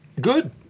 good